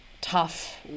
tough